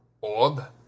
Orb